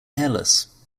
hairless